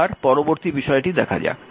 সুতরাং পরবর্তী বিষয়টি দেখা যাক